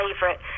favorite